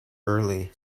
early